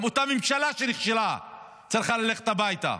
גם אותה ממשלה שנכשלה צריכה ללכת הביתה,